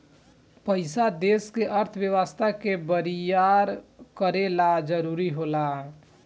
पइसा देश के अर्थव्यवस्था के बरियार करे ला जरुरी होला